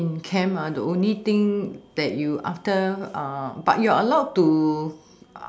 in camp ah the only thing that you after but you're allowed to